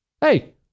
Hey